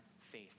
faith